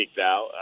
out